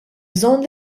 bżonn